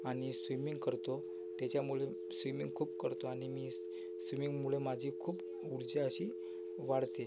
आणि स्विमिंग करतो त्याच्यामुळे सिमिंग खूप करतो आणि मी स्विमिंगमुळे माझी खूप ऊर्जा अशी वाढते